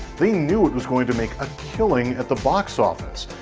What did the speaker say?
they knew it was going to make a killing at the box office,